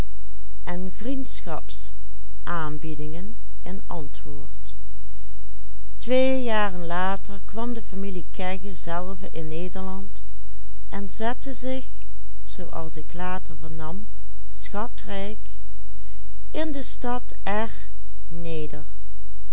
twee jaren later kwam de familie kegge zelve in nederland en zette zich zooals ik later vernam schatrijk in de stad r neder